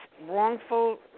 wrongful